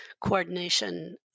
coordination